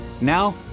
Now